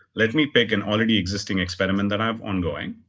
let me pick an already existing experiment that i've ongoing.